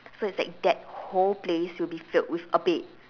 so it's like that whole place will be filled with a bed